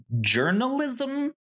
journalism